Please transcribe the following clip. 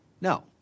no